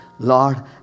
Lord